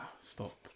stop